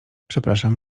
przepraszam